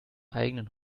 eigenen